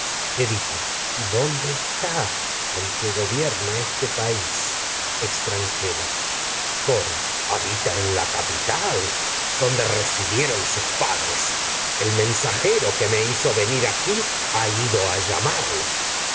edipo y dónde está el que gobierna este país extranjeros coro habita en la capital donde residieron aquí ha sus padres el llamarlo edipo mensajero que me hizo venir ido a